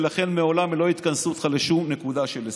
ולכן לעולם לא יתכנסו איתך לשום נקודה של הסכם.